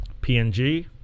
PNG